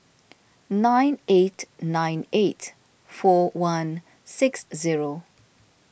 nine eight nine eight four one six zero